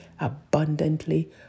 abundantly